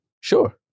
Sure